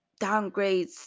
downgrades